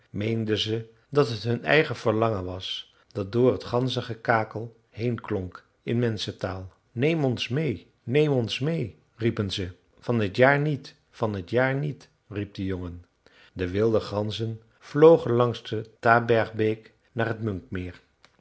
meenden ze dat het hun eigen verlangen was dat door het ganzengekakel heen klonk in menschentaal neem ons meê neem ons meê riepen ze van t jaar niet van t jaar niet riep de jongen de wilde ganzen vlogen langs de tabergbeek naar het munkmeer